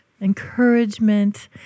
encouragement